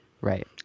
Right